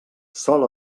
sol